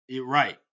Right